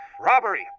robbery